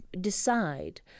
decide